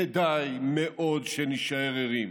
וכדאי מאוד שנישאר ערים.